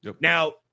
Now